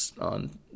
on